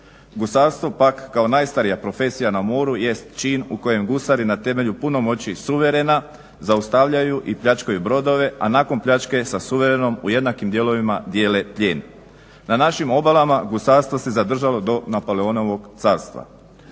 Gusarstvo pak kao najstarija profesija na moru jest čin u kojem gusari na temelju punomoći suverena zaustavljaju i pljačkaju brodove, a nakon pljačke sa suverenom u jednakim dijelovima dijele plijen. Na našim obalama gusarstvo se zadržalo do Napoleonovog carstva.